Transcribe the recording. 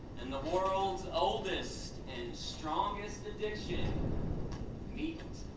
and the world's oldest and strongest addiction meat.